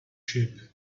sheep